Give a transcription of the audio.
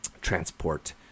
transport